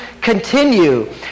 continue